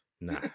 Nah